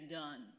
done